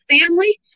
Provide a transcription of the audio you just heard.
family